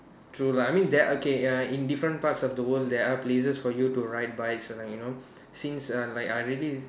true lah I mean there okay uh in different parts of the world there are places for you to ride bikes uh you know since uh like I really